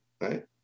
right